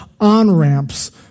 on-ramps